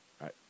Right